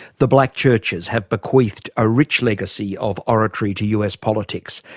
the black churches have bequeathed a rich legacy of oratory to us politics.